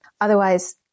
Otherwise